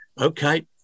Okay